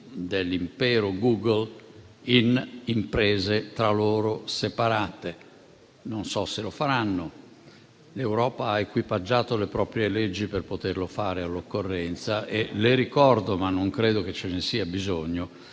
dell'impero Google in imprese tra loro separate. Non so se lo faranno. L'Europa ha equipaggiato le proprie leggi per poterlo fare all'occorrenza. Le ricordo (ma non credo ve ne sia bisogno)